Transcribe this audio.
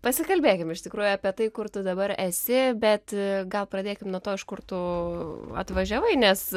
pasikalbėkim iš tikrųjų apie tai kur tu dabar esi bet gal pradėkim nuo to iš kur tu atvažiavai nes